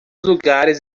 lugares